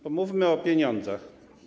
Pomówmy o pieniądzach.